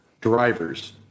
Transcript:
drivers